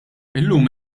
illum